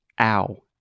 ow